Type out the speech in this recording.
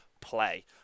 play